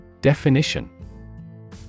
Definition